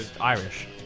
Irish